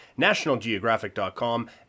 nationalgeographic.com